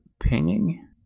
pinging